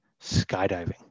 skydiving